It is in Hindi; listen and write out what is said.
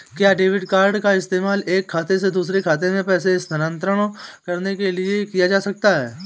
क्या डेबिट कार्ड का इस्तेमाल एक खाते से दूसरे खाते में पैसे स्थानांतरण करने के लिए किया जा सकता है?